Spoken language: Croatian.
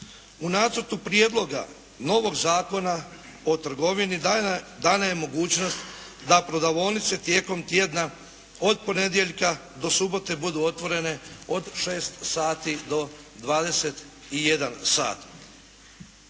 U Nacrtu prijedloga novog Zakona o trgovini dana je mogućnost da prodavaonice tijekom tjedna od ponedjeljka do subote budu otvorene od 6 sati do 21 sat.